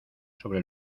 sobre